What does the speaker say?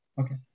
Okay